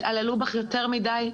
התעללו בך יותר מדי,